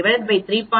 5 3